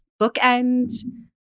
bookend